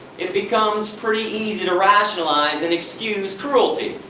it becomes pretty easy to rationalize and excuse cruelty,